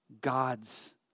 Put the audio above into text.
God's